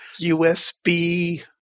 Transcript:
USB